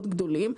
מאוד גדולים,